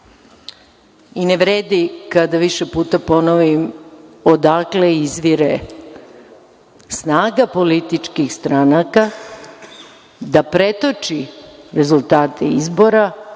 vredi kada više puta ponovim odakle izvire snaga političkih stranaka da pretoči rezultate izbora